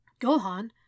Gohan